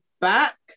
back